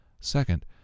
Second